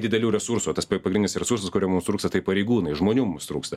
didelių resursų o tas pagrindinis resursas kurio mums trūksta tai pareigūnai žmonių mums trūksta